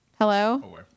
Hello